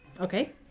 Okay